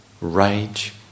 rage